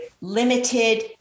limited